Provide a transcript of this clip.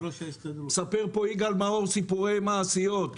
מספר פה יגאל מאור סיפורי מעשיות.